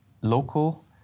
local